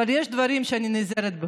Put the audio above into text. אבל יש דברים שבהם אני נעזרת בך.